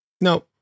no